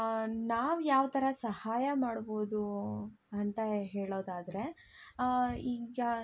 ನಾವು ಯಾವ ಥರ ಸಹಾಯ ಮಾಡ್ಬೌದು ಅಂತ ಹೇಳೋದಾದರೆ ಈಗ ಯ